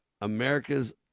America's